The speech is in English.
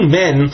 men